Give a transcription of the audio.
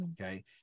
okay